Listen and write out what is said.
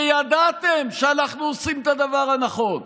וידעתם שאנחנו עושים את הדבר הנכון.